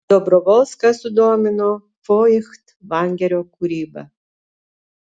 dobrovolską sudomino foichtvangerio kūryba